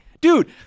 Dude